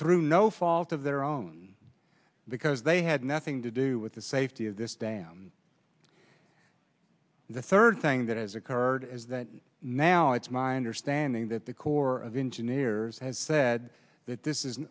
through no fault of their own because they had nothing to do with the safety of this band the third thing that has occurred is that now it's my understanding that the corps of engineers has said that this is